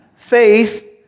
Faith